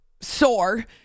sore